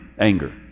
anger